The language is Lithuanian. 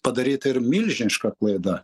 padaryta yra milžiniška klaida